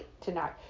tonight